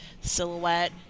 silhouette